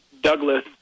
Douglas